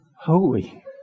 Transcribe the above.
holy